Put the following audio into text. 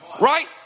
Right